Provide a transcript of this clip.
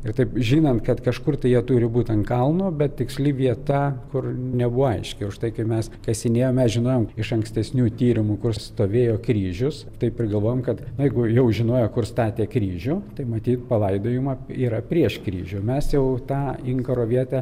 ir taip žinom kad kažkur tai jie turi būti ant kalno bet tiksli vieta kur nebuvo aiški už tai ką mes kasinėjome žinojom iš ankstesnių tyrimu kur stovėjo kryžius taip ir galvojom kad jeigu jau žinojo kur statė kryžių tai matyt palaidojimą yra prieš kryžių mes jau tą inkaro vietą